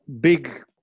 big